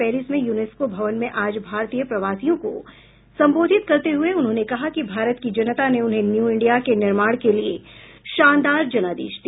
Paris में UNESCO भवन में आज भारतीय प्रवासियों को संबोधित करते हुए उन्होंने कहा कि भारत की जनता ने उन्हें न्यू इंडिया के निर्माण के लिए शानदार जनादेश दिया